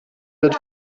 wird